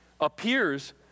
appears